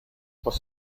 aus